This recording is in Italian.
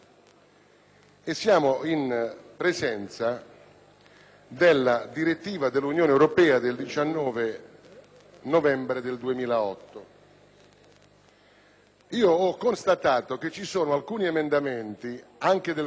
Ho constatato che ci sono alcuni emendamenti, anche del relatore ed anche approvati in Commissione, che poi sono stati dichiarati in questo consesso inammissibili per diverse ragioni